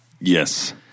Yes